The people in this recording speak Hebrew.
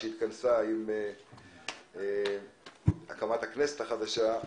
שהתכנסה עם הקמת הכנסת החדשה,